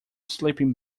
sleeping